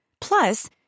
Plus